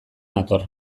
nator